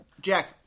Jack